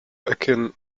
akin